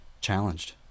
challenged